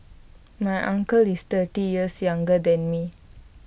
my uncle is thirty years younger than me